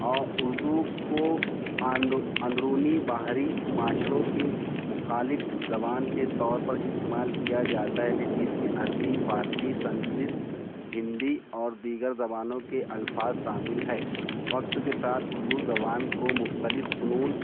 اور اردو کو آندو اندرونی باہری معاشروں کی مخالط زبان کے طور پر استعمال کیا جاتا ہے جس میں عربی فارسی سنکرت ہندی اور دیگر زبانوں کے الفاظ شامل ہیں وقت کے ساتھ اردو زبان کو مختلف فنون